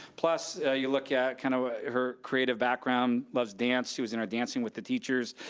plus, you look at kind of what, her creative background, loves dance, she was in our dancing with the teachers,